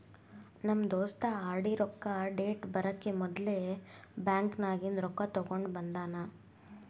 ನಮ್ ದೋಸ್ತ ಆರ್.ಡಿ ರೊಕ್ಕಾ ಡೇಟ್ ಬರಕಿ ಮೊದ್ಲೇ ಬ್ಯಾಂಕ್ ನಾಗಿಂದ್ ತೆಕ್ಕೊಂಡ್ ಬಂದಾನ